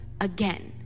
again